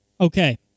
Okay